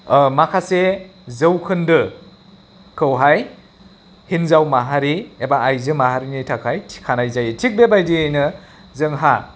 माखासे जौखोन्दोखौहाय हिनजाव माहारि एबा आयजो माहारिनि थाखाय थिखानाय जायो थिक बेबायदियैनो जोंहा